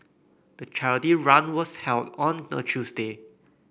the charity run was held on a Tuesday